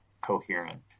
coherent